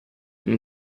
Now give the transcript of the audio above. and